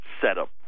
setup